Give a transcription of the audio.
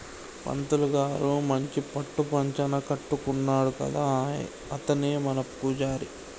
పంతులు గారు మంచి పట్టు పంచన కట్టుకున్నాడు కదా అతనే మన పూజారి